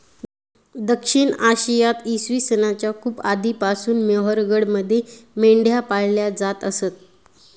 दक्षिण आशियात इसवी सन च्या खूप आधीपासून मेहरगडमध्ये मेंढ्या पाळल्या जात असत